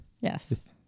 Yes